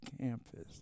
campus